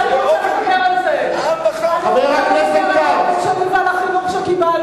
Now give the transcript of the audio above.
אני רוצה לדבר על ההורים שלי ועל החינוך שקיבלתי.